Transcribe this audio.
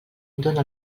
dóna